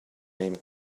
name